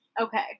Okay